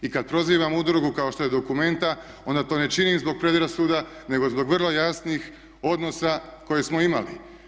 I kada prozivam udrugu kao što je Documenta onda to ne činim zbog predrasuda nego zbog vrlo jasnih odnosa koje smo imali.